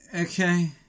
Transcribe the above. Okay